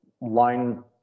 line